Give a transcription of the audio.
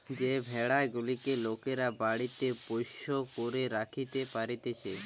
যে ভেড়া গুলেক লোকরা বাড়িতে পোষ্য করে রাখতে পারতিছে